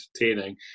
entertaining